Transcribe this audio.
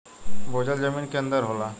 भूजल जमीन के अंदर होला